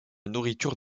nourriture